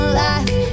life